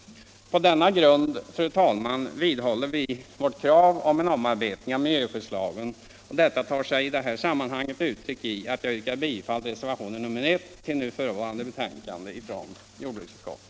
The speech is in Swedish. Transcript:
På denna grund, fru talman, vidhåller vi vårt krav på en omarbetning av miljöskyddslagen, och detta tar sig i detta sammanhang uttryck i att jag yrkar bifall till reservationen I till nu förevarande betänkande från jordbruksutskottet.